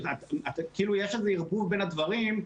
כאילו יש איזשהו ערבוב בין הדברים,